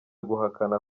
guhakana